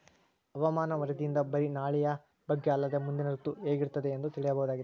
ಹವಾಮಾನ ವರದಿಯಿಂದ ಬರಿ ನಾಳೆಯ ಬಗ್ಗೆ ಅಲ್ಲದೆ ಮುಂದಿನ ಋತು ಹೇಗಿರುತ್ತದೆಯೆಂದು ತಿಳಿಯಬಹುದಾಗಿದೆ